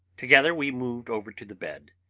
together we moved over to the bed,